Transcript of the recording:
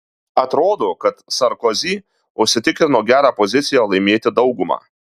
atrodo kad sarkozy užsitikrino gerą poziciją laimėti daugumą